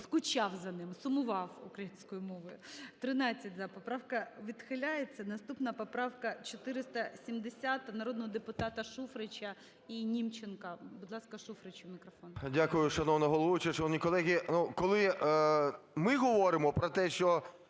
скучав за ним, сумував – українською мовою. 13 – "за". Поправка відхиляється. Наступна поправка 470 народного депутата Шуфрича і Німченка. Будь ласка, Шуфричу мікрофон. 17:19:21 ШУФРИЧ Н.І. Дякую. Шановна головуюча, Шановні колеги! Коли ми говоримо про те, що